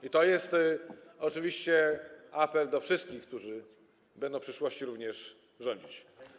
I to jest oczywiście apel do wszystkich, którzy będą w przyszłości również rządzić.